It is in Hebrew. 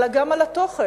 אלא גם על התוכן